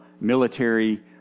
military